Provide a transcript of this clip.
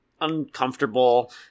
uncomfortable